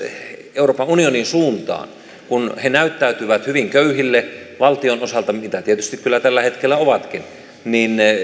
euroopan unionin suuntaan kun he näyttäytyvät hyvin köyhinä valtion osalta mitä tietysti kyllä tällä hetkellä ovatkin niin